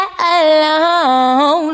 alone